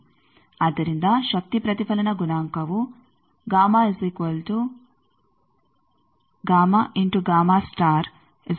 ಆದ್ದರಿಂದ ಶಕ್ತಿ ಪ್ರತಿಫಲನ ಗುಣಾಂಕವು ಆಗಿದೆ